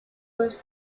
was